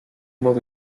modo